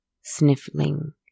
sniffling